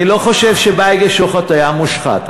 אני לא חושב שבייגה שוחט היה מושחת.